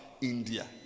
India